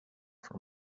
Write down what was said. from